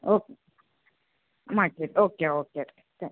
okay ಮಾಡ್ತೀರಿ okay okay ರೀ thank you